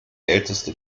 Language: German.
älteste